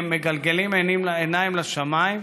הם מגלגלים עיניים לשמיים,